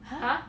!huh!